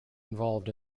involved